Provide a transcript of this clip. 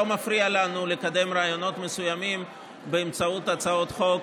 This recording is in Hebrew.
מפריע לנו לקדם רעיונות מסוימים באמצעות הצעות חוק,